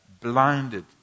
blinded